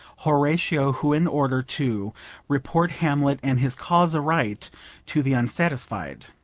horatio, who in order to report hamlet and his cause aright to the unsatisfied